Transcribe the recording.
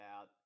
out